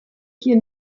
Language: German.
hier